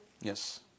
Yes